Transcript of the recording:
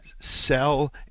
sell